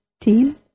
Team